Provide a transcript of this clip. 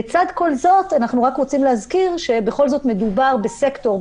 לצד כל את אנחנו רק רוצים להזכיר שבכל זאת מדובר בסקטור,